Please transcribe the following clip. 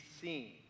seen